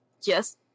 Yes